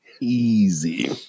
Easy